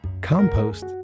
compost